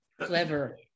clever